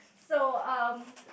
so um